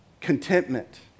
Contentment